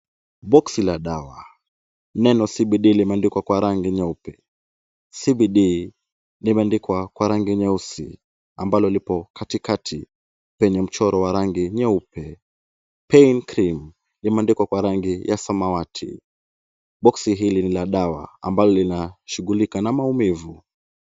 Boksi la dawa. Neno CBD limeandikwa kwa rangi nyeupe. CBD limeandikwa kwa rangi nyeusi ambalo lipo katikati penye mchoro wa rangi nyeupe. Pain Cream limeandikwa kwa rangi ya samawati. Boksi hili ni la dawa ambalo linashughulika na maumivu.